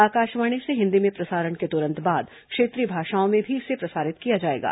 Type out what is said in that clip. आकाशवाणी से हिन्दी में प्रसारण के तुरंत बाद क्षेत्रीय भाषाओं में भी इसे प्रसारित किया जायेगा